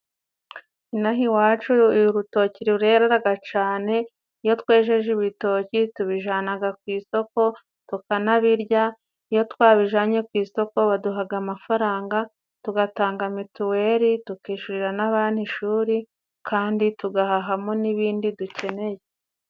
Inaha iwacu urutoki rureraga cane, iyo twejeje ibitoki tubijanaga ku isoko tukanabirya, iyo twabijanye ku isoko baduhaga amafaranga, tugatanga mituweli, tukishurira n'abana ishuri kandi tugahahamo n'ibindi dukeneye.